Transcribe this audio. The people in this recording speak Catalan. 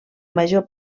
major